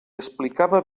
explicava